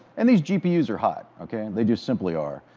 and these gpu's are hot, okay? they just simply are.